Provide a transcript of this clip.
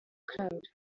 crowd